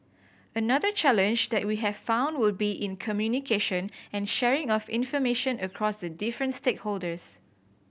another challenge that we have found would be in communication and sharing of information across the different stakeholders